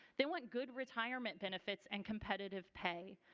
they want good retirement benefits and competitive pay.